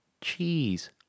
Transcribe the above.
cheese